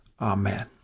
Amen